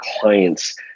clients